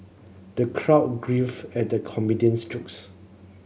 the crowd grief at the comedian's jokes